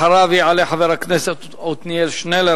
אחריו יעלה חבר הכנסת עתניאל שנלר,